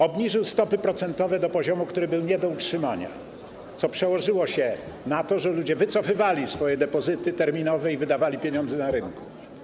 Obniżył stopy procentowe do poziomu, który był nie do utrzymania, co przełożyło się na to, że ludzie wycofywali swoje depozyty terminowe i wydawali pieniądze na rynku.